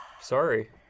Sorry